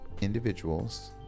individuals